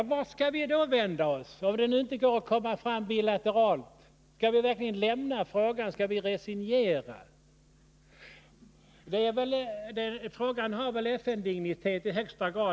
Men vart skall vi då vända oss, när det nu inte går att komma fram bilateralt? Skall vi verkligen lämna frågan? Skall vi resignera? Frågan har FN-dignitet i högsta grad.